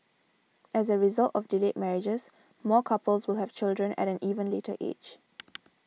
as a result of delayed marriages more couples will have children at an even later age